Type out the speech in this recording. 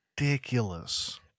ridiculous